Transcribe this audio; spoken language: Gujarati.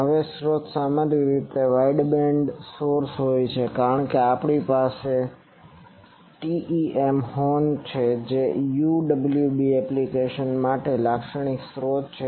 હવે સ્રોત સામાન્ય રીતે વાઈડબેન્ડ સોર્સ હોય છે કારણ કે આપણી પાસે TEM હોર્ન છે જે UWB એપ્લિકેશન માટેનો લાક્ષણિક સ્રોત છે